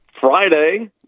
Friday